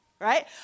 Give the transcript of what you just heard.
right